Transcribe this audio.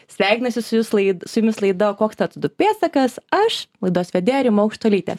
sveikinasi su jusų laid su jumis laida o koks tad du pėdsakas aš laidos vedėja rima aukštuolytė